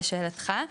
לשאלתך,